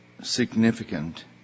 significant